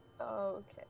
Okay